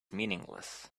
meaningless